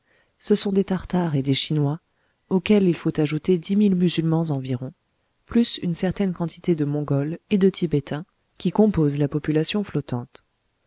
ce sont des tartares et des chinois auxquels il faut ajouter dix mille musulmans environ plus une certaine quantité de mongols et de tibétains qui composent la population flottante